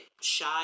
shy